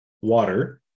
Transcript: water